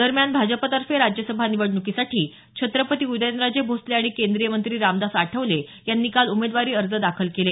दरम्यान भाजपतर्फे राज्यसभा निवडणुकीसाठी छत्रपती उदयनराजे भोसले आणि केंद्रीय मंत्री रामदास आठवले यांनी काल उमेदवारी अर्ज दाखल केले